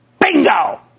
Bingo